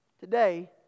today